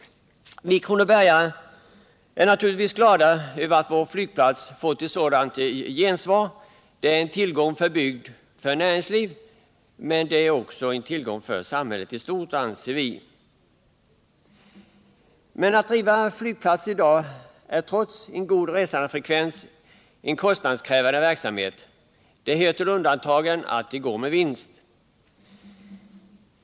Vi kronobergare är naturligtvis glada över att vår flygplats fått ett sådant gensvar. Den är en tillgång för bygd och näringsliv, men den är också, anser vi, en tillgång för samhället i stort. Men att driva flygplatser i dag är trots en god resandefrekvens en kostnadskrävande verksamhet. Det hör till undantagen att det går med vinst.